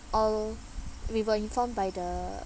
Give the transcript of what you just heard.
all we were informed by the